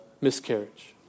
miscarriage